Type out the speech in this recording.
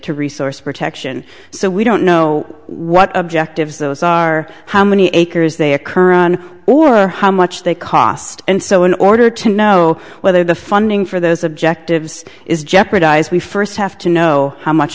to resource protection so we don't know what objectives those are how many acres they occur on or how much they cost and so in order to know whether the funding for those objectives is jeopardized we first have to know how much